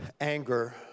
anger